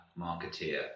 marketeer